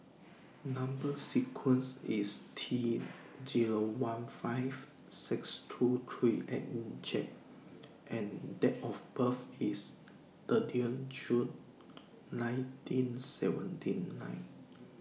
Number sequence IS T Zero one five six two three eight J and Date of birth IS thirty June nineteen seventy nine